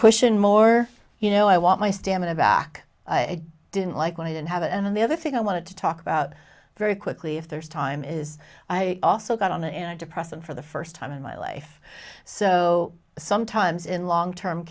pushing more you know i want my stamina back i didn't like when and have and the other thing i wanted to talk about very quickly if there is time is i also got on a depressant for the first time in my life so sometimes in long term